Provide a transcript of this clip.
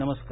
नमस्कार